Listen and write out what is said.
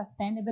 sustainability